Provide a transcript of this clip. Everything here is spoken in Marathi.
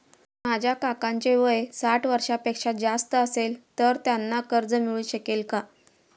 माझ्या काकांचे वय साठ वर्षांपेक्षा जास्त असेल तर त्यांना कर्ज मिळू शकेल का?